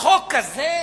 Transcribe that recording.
צחוק כזה.